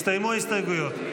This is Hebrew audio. הסתיימו ההסתייגויות.